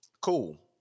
Cool